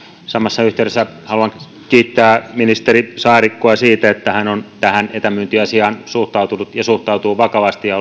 samassa yhteydessä haluan kiittää ministeri saarikkoa siitä että hän on tähän etämyyntiasiaan suhtautunut ja suhtautuu vakavasti ja